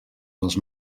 les